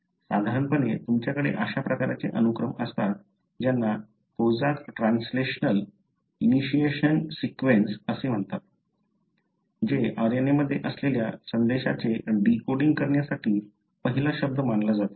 साधारणपणे तुमच्याकडे अशा प्रकारचे अनुक्रम असतात ज्यांना कोजाक ट्रांझिशनल इनिशिएशन सीक्वेन्स असे म्हणतात जे RNA मध्ये असलेल्या संदेशाचे डीकोडिंग करण्यासाठीचा पहिला शब्द मानला जातो